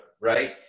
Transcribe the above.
right